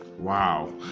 Wow